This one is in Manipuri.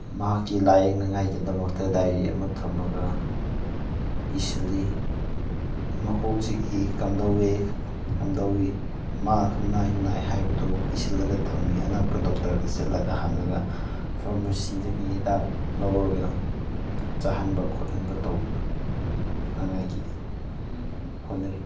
ꯃꯍꯥꯛꯀꯤ ꯂꯥꯌꯦꯡꯅꯉꯥꯏꯒꯤꯗꯃꯛꯇ ꯗꯥꯏꯔꯤ ꯑꯃ ꯊꯝꯃꯒ ꯏꯁꯤꯜꯂꯤ ꯃꯀꯣꯛ ꯆꯤꯛꯏ ꯀꯝꯗꯧꯏ ꯀꯝꯗꯧꯏ ꯃꯥ ꯀꯃꯥꯏꯅ ꯅꯥꯏ ꯍꯥꯏꯗꯣ ꯏꯁꯤꯜꯂꯒ ꯊꯝꯃꯤ ꯑꯅꯛꯄ ꯗꯣꯛꯇꯔꯗ ꯆꯠꯂꯒ ꯍꯪꯉꯒ ꯐꯔꯃꯁꯤꯗꯒꯤ ꯍꯤꯗꯥꯛ ꯂꯧꯔꯒ ꯆꯥꯍꯟꯕ ꯈꯣꯠꯍꯟꯕ ꯇꯧꯅꯉꯥꯏꯒꯤ ꯍꯣꯠꯅꯔꯤ